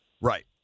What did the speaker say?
Right